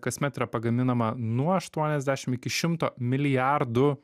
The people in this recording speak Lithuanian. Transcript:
kasmet yra pagaminama nuo aštuoniasdešim iki šimto milijardų